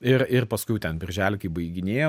ir ir paskui jau ten birželį kai baiginėjo